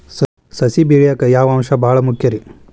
ಸಸಿ ಬೆಳೆಯಾಕ್ ಯಾವ ಅಂಶ ಭಾಳ ಮುಖ್ಯ ರೇ?